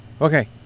okay